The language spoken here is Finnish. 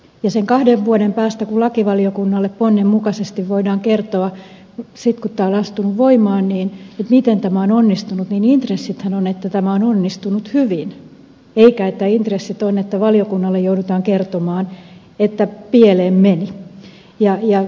sen kahden vuoden päästä kun tämä on astunut voimaan kun lakivaliokunnalle ponnen mukaisesti voidaan kertoa sitten miten tämä on onnistunut intressithän ovat että tämä on onnistunut hyvin eikä että valiokunnalle joudutaan kertomaan että pieleen meni